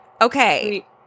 Okay